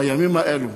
בימים האלה,